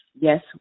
Yes